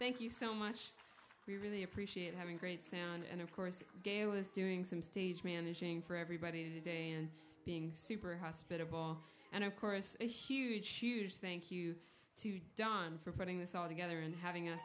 thank you so much we really appreciate having great sand and of course gail was doing some stage managing for everybody today and being super hospitable and of course a huge huge thank you to you for putting this all together and having